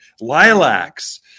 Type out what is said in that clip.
lilacs